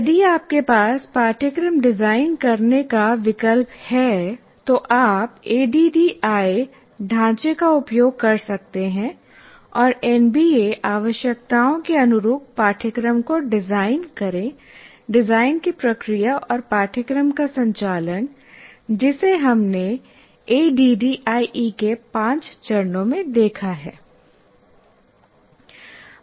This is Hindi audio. यदि आपके पास पाठ्यक्रम डिजाइन करने का विकल्प है तो आप एडीडीआईई ढांचे का उपयोग कर सकते हैं और एनबीए आवश्यकताओं के अनुरूप पाठ्यक्रम को डिजाइन करें डिजाइन की प्रक्रिया और पाठ्यक्रम का संचालन जिसे हमने एडीडीआईई के 5 चरणों में देखा है